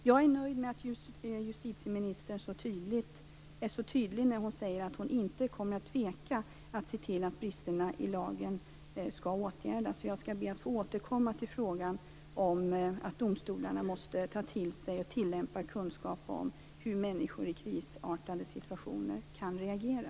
Jag är nöjd med att justitieministern är så tydlig när hon säger att hon inte kommer att tveka när det gäller att se till att bristerna i lagen åtgärdas. Jag skall be att få återkomma i frågan om att domstolarna måste ta till sig och tillämpa kunskap om hur människor i krisartade situationer kan reagera.